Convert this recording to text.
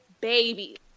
baby